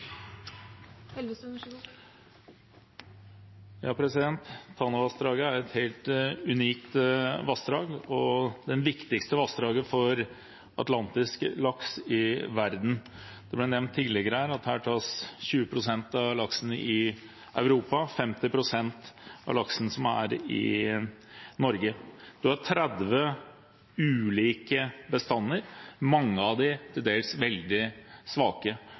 et helt unikt vassdrag og det viktigste vassdraget for atlantisk laks i verden. Det ble nevnt her tidligere at her tas 20 pst. av laksen i Europa og 50 pst. av laksen i Norge, og det er 30 ulike bestander, mange av dem til dels veldig svake.